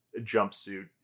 jumpsuit